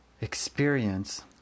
experience